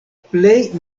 plej